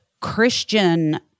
Christian